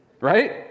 Right